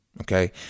Okay